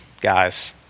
guys